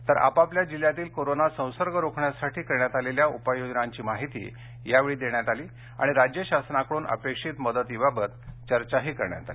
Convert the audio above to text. तर आपआपल्या जिल्हयातील कोरोना संसर्ग रोखण्यासाठी करण्यात आलेल्या उपाययोजनांची माहिती यावेळी देण्यात आली आणि राज्य शासनाकडून अपेक्षित मदतीबाबत चर्चा करण्यात आली